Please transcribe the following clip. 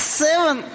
seven